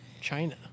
China